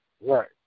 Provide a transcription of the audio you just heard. right